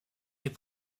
est